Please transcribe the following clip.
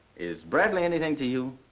is bradley anything to you?